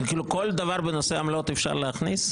זה כאילו כל דבר בנושא עמלות אפשר להכניס בחוק הזה?